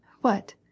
What